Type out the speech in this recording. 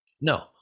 No